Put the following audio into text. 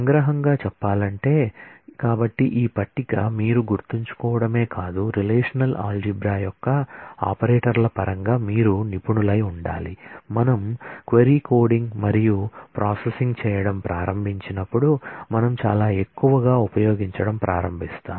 సంగ్రహంగా చెప్పాలంటే కాబట్టి ఈ టేబుల్ మీరు గుర్తుంచుకోవడమే కాదు రిలేషనల్ ఆల్జీబ్రా యొక్క ఆపరేటర్ల పరంగా మీరు నిపుణులై ఉండాలి మనం క్వరీ కోడింగ్ చేయడం ప్రారంభించినప్పుడు మనం చాలా ఎక్కువగా ఉపయోగించడం ప్రారంభిస్తాము